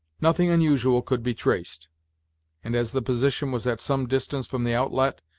nothing unusual could be traced and as the position was at some distance from the outlet,